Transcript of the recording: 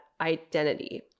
identity